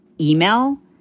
email